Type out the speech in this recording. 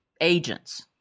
agents